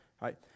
right